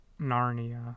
Narnia